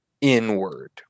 inward